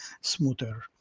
smoother